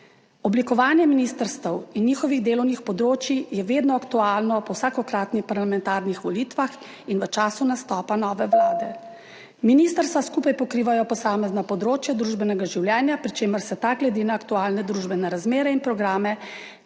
Oblikovanje ministrstev in njihovih delovnih področij je vedno aktualno po vsakokratnih parlamentarnih volitvah in v času nastopa nove vlade. Ministrstva skupaj pokrivajo posamezna področja družbenega življenja, pri čemer se ta glede na aktualne družbene razmere in programe